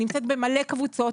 אני נמצאת בהרבה קבוצות,